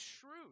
shrewd